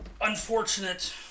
unfortunate